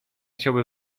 chciałby